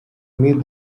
meet